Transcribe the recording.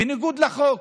בניגוד לחוק,